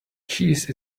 cheese